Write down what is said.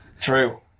True